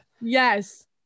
Yes